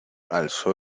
alzó